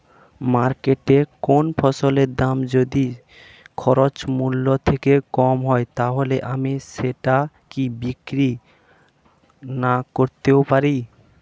মার্কেটৈ কোন ফসলের দাম যদি খরচ মূল্য থেকে কম হয় তাহলে আমি সেটা কি বিক্রি নাকরতেও পারি?